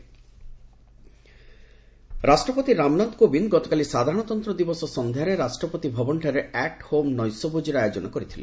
at home reception ରାଷ୍ଟ୍ରପତି ରାମନାଥ କୋବିନ୍ଦ ଗତକାଲି ସାଧାରଣତନ୍ତ୍ର ଦିବସ ସନ୍ଧ୍ୟାରେ ରାଷ୍ଟ୍ରପତି ଭବନଠାରେ ଆଟ୍ ହୋମ୍ ନେଶ୍ୟଭୋଜିର ଆୟୋଜନ କରିଥିଲେ